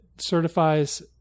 certifies